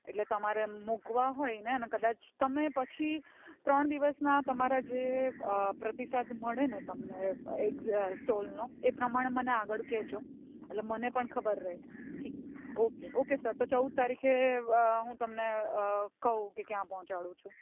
એટલે તમારે મૂકવા હોય ને કદાચ તમે પછી ત્રણ દિવસમાં તમારા જે પ્રતિસાદ મળે ને તમને સ્ટોલનો એ પ્રમાણે મને આગળ કહેજો એટલે મને પણ ખબર રહે ઠીક ઓકે ઓકે સર તો ચૌદ તારીખે હું તમને કહું કે ક્યાં પહોંચાડું છું